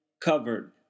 covered